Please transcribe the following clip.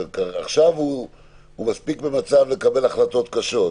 עכשיו הוא במצב לקבל החלטות קשות,